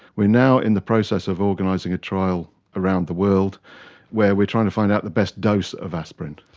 we're now in the process of organising a trial around the world where we're trying to find out the best dose of aspirin.